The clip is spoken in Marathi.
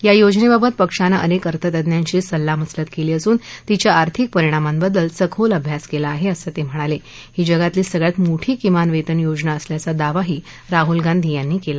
या योजनध्वित पक्षानं अनक्व अर्थतज्ञांशी सल्लामसलत कली असून तिच्या आर्थिक परिणामांबाबत सखोल अभ्यास कली आहा असं तम्हिणालही जगातली सगळ्यात मोठी किमान वस्ती योजना असल्याचा दावाही राहुल गांधी यांनी कला